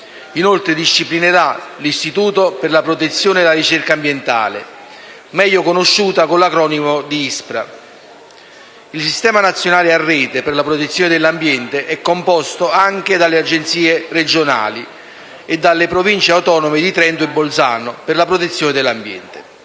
inoltre, disciplinerà l'Istituto superiore per la protezione e la ricerca ambientale, meglio conosciuto con l'acronimo di ISPRA. Il Sistema nazionale a rete per la protezione dell'ambiente è composto anche dalle Agenzie regionali e delle Province autonome di Trento e Bolzano per la protezione dell'ambiente.